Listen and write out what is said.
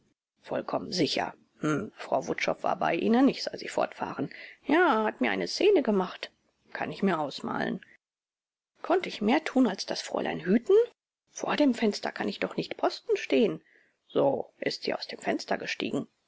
vollkommen sicher hm frau wutschow war bei ihnen ich sah sie fortfahren ja und hat mir eine szene gemacht kann ich mir ausmalen konnte ich mehr tun als das fräulein hüten vor dem fenster kann ich doch nicht posten stehen so ist sie aus dem fenster gestiegen